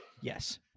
yes